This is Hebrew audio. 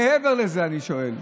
מעבר לזה אני שואל: